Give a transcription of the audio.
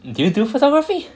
do you do photography